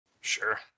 Sure